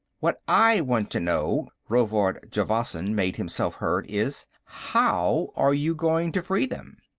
what i want to know, rovard javasan made himself heard, is, how are you going to free them?